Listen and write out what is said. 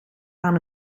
aan